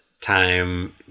time